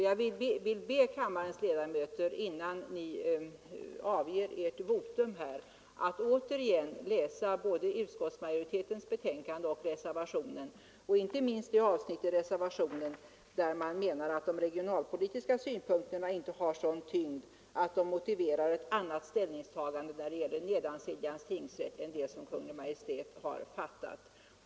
Jag vill be kammarens ledamöter att innan ni avger ert votum återigen läsa både utskottsmajoritetens förslag och reservationen, inte minst det avsnitt i reservationen där man menar att de regionalpolitiska synpunkterna inte har sådan tyngd att de motiverar ett annat ställningstagande när det gäller Nedansiljans tingsrätt än det Kungl. Maj:t har fattat.